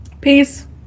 Peace